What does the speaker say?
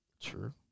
True